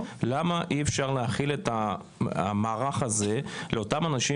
למה אי אפשר להחיל את המערך הזה על אותם אנשים